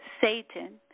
Satan